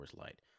Light